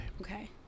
Okay